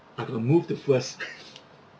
I could move the first